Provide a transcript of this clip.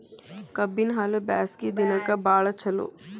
ಕಬ್ಬಿನ ಹಾಲು ಬ್ಯಾಸ್ಗಿ ದಿನಕ ಬಾಳ ಚಲೋ